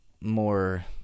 more